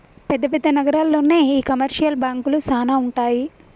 పెద్ద పెద్ద నగరాల్లోనే ఈ కమర్షియల్ బాంకులు సానా ఉంటాయి